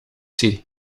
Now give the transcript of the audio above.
zie